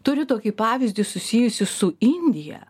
turiu tokį pavyzdį susijusį su indija